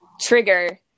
trigger